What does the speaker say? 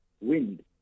wind